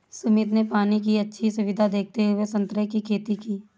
सुमित ने पानी की अच्छी सुविधा देखते हुए संतरे की खेती की